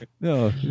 No